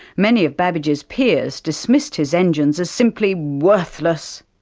many of babbage's peers dismissed his engines as simply worthless.